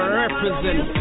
represent